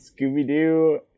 Scooby-Doo